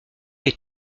les